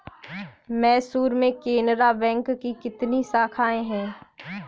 मैसूर में केनरा बैंक की कितनी शाखाएँ है?